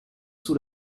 sous